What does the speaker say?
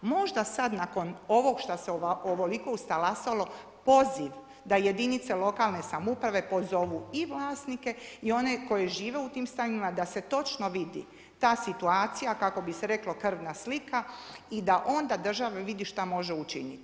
Možda sad nakon ovog što se ovoliko ustalasalo poziv da jedinice lokalne samouprave pozovu i vlasnike i one koji žive u tim stanovima, da se točno vidi ta situacija kako bi se reklo, krvna slika i da onda država vidi što može učiniti.